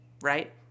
right